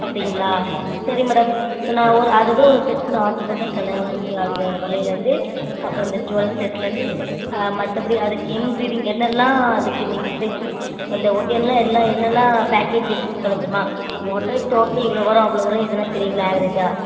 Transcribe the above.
அப்படிங்களா சரி மேடம் இப்போ நான் ஒரு அது அதில் ஒரு செட்டுன்னு ஆர்ட்ரு போட்டேன் கல்யாணதிலேருந்து அந்த வளையல்லேருந்து அப்புறம் இந்த ஜுவல்ஸ் செட்டில் இருந்து மற்றபடி அதுக்கு இங்கிரீடிங் என்னவெல்லாம் அதுக்கு நீங்கள் சேர்த்தி இந்த ஒட்டியாணமெலாம் எல்லா என்னெல்லாம் பேக்கேஜ் இருக்குதுனு சொல்ல முடியுமா மொத்த டோட்டல் இவ்வளோ வரும் அவ்வளோ வரும் இதெல்லாம் தெரியுதுங்களா ஆவ்ரேஜ்ஜாக